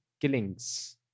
killings